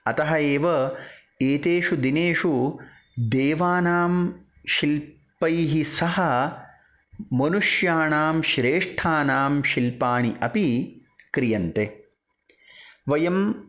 अतः एव एतेषु दिनेषु देवानां शिल्पैः सह मनुष्याणां श्रेष्ठानां शिल्पाणि अपि क्रीयन्ते वयम्